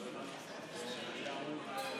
יעלה ויבוא.